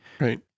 Right